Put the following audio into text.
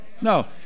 No